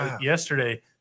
yesterday